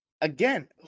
again